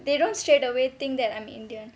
they don't straightaway think that I'm indian